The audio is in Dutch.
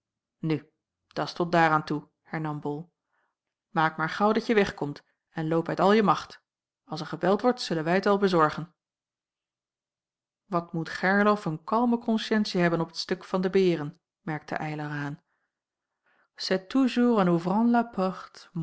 medicus nu dat's tot daar aan toe hernam bol maak maar gaauw dat je wegkomt en loop uit al je macht als er gebeld wordt zullen wij t wel bezorgen wat moet gerlof een kalme konscientie hebben op t stuk van de beren merkte eylar aan c'est toujours en